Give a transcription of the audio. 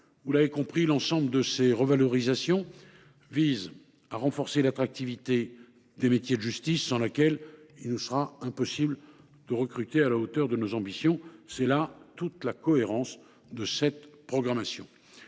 Vous l’avez compris, l’ensemble de ces revalorisations visent à renforcer l’attractivité des métiers de justice, attractivité sans laquelle il nous sera impossible de recruter à la hauteur de nos ambitions. C’est là toute la cohérence de cette programmation.